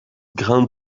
grande